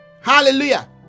hallelujah